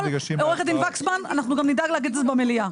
עו"ד וקסמן, אנחנו גם נדאג להגיד את זה במליאה.